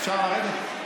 אפשר לרדת?